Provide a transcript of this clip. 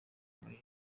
muri